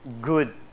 good